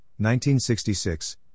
1966